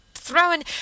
throwing